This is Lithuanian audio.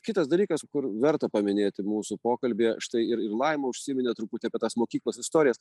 kitas dalykas kur verta paminėti mūsų pokalbyje štai ir ir laima užsiminė truputį apie tas mokyklos istorijas